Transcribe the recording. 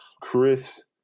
Chris